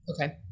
Okay